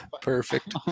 Perfect